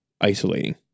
isolating